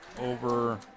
over